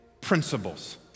principles